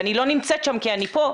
ואני לא נמצאת שם כי אני פה,